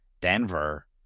Denver